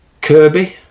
Kirby